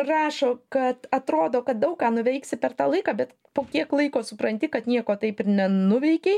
rašo kad atrodo kad daug ką nuveiksi per tą laiką bet po kiek laiko supranti kad nieko taip ir nenuveikei